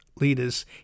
leaders